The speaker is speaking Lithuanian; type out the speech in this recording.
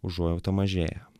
užuojauta mažėja